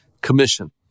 commission